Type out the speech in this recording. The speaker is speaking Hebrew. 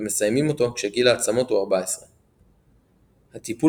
ומסיימים אותו כשגיל העצמות הוא 14. הטיפול